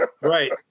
Right